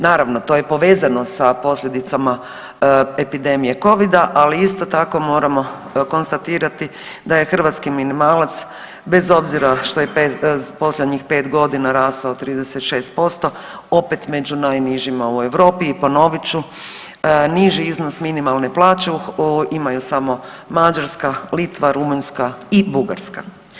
Naravno, to je povezano sa posljedicama epidemije Covida, ali isto tako, moramo konstatirati da je hrvatski minimalac, bez obzira što je posljednjih 5 godina rastao 36%, opet među najnižima u Europi, i ponovit ću, niži iznos minimalne plaće imaju samo Mađarska, Litva, Rumunjska i Bugarska.